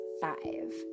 five